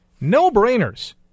No-brainers